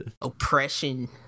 oppression